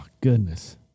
goodness